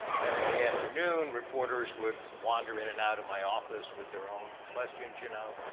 then in the afternoon reporters would wander in and out of my office with their own questions, you know,